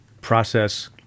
process